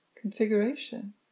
configuration